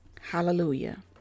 hallelujah